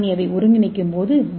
ஏவை ஒருங்கிணைக்கும்போது டி